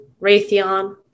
Raytheon